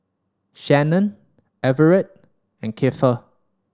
Shannon Everett and Keifer